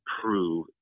prove